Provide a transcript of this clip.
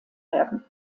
werden